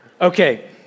Okay